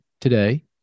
today